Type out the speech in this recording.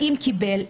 האם קיבל,